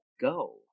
go